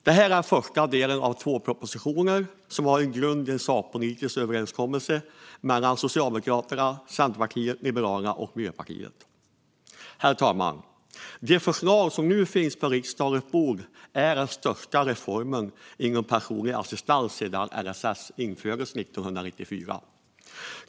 Detta är den första delen av två propositioner som har sin grund i en sakpolitisk överenskommelse mellan Socialdemokraterna, Centerpartiet, Liberalerna och Miljöpartiet. Herr talman! Det förslag som nu finns på riksdagens bord är den största reformen inom personlig assistans sedan LSS infördes.